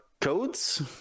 codes